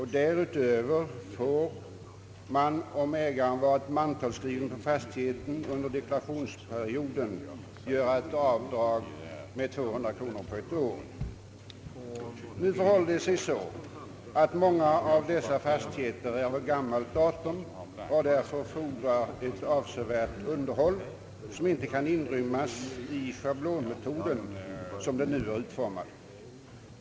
Härutöver får, om ägaren varit mantalsskriven på fastigheten under deklarationsperioden, göras ett avdrag av 209 kronor för helt år. Nu förhåller det sig så att många av dessa fastigheter är av gammalt datum och därför fordrar ett avsevärt underhåll som inte kan inrymmas i schablonmetoden, som den nu är utformad.